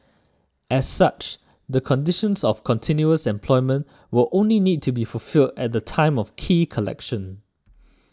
as such the conditions of continuous employment will only need to be fulfilled at the time of key collection